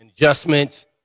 adjustments